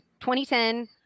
2010